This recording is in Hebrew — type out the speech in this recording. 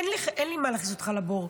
אין לי מה להכניס אותך לבור.